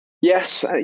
Yes